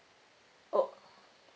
oh